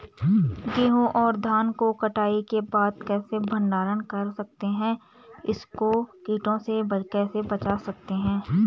गेहूँ और धान को कटाई के बाद कैसे भंडारण कर सकते हैं इसको कीटों से कैसे बचा सकते हैं?